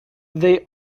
they